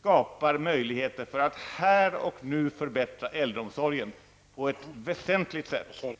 skapar möjligheter för att här och nu förbättra äldreomsorgen på ett väsentligt sätt.